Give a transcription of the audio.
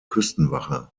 küstenwache